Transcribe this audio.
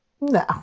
No